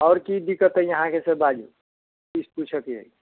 आओर की दिक्कत अछि अहाँकेँ से बाजू किछु पुछऽके अछि